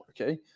okay